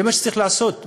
זה מה שצריך לעשות,